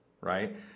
right